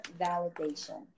validation